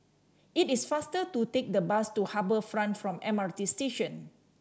it is faster to take the bus to Harbour Front from M R T Station